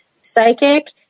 Psychic